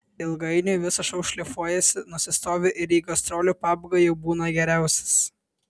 ilgainiui visas šou šlifuojasi nusistovi ir į gastrolių pabaigą jau būna geriausias